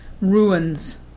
ruins